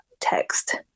text